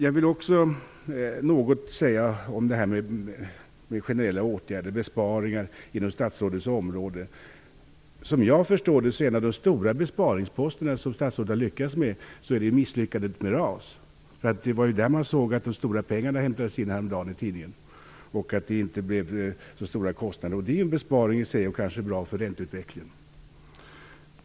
Jag vill också säga något om generella åtgärder och besparingar inom statsrådets område. En av de stora besparingsposterna som statsrådet har lyckats med är, som jag förstår det, misslyckandet med RAS. Det var där man häromdagen i tidningen såg att de stora pengarna hämtades in och att det inte blev så stora kostnader. Det är en besparing i sig och kanske är den bra för ränteutvecklingen.